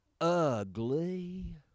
Ugly